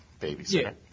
Babysitter